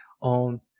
on